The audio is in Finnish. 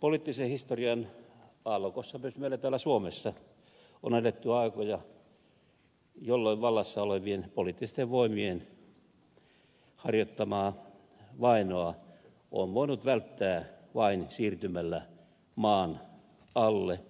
poliittisen historian aallokossa myös meillä täällä suomessa on eletty aikoja jolloin vallassa olevien poliittisten voimien harjoittamaa vainoa on voinut välttää vain siirtymällä maan alle